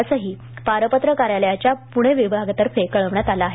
असेही पासपोर्ट कार्यालयाच्या पुणे विभागातर्फे कळविण्यात आले आहे